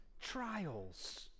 trials